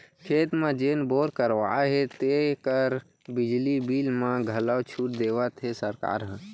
खेत म जेन बोर करवाए हे तेकर बिजली बिल म घलौ छूट देवत हे सरकार ह